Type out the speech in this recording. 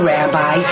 Rabbi